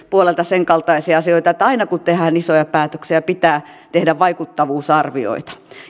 puolelta sen kaltaisia asioita että aina kun tehdään isoja päätöksiä pitää tehdä vaikuttavuusarvioita